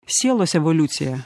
sielos evoliuciją